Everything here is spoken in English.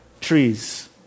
trees